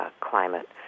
climate